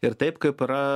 ir taip kaip yra